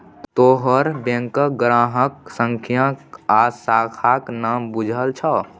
तोहर बैंकक ग्राहक संख्या आ शाखाक नाम बुझल छौ